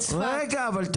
אבל אין אותו בצפת.